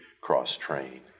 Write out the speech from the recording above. cross-train